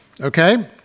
okay